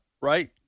Right